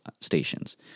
stations